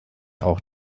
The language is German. auch